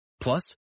Plus